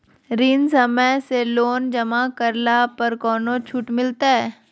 ऋण समय से पहले जमा करला पर कौनो छुट मिलतैय?